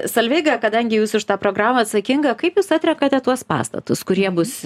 solveiga kadangi jūs už tą programą atsakinga kaip jūs atrenkate tuos pastatus kurie bus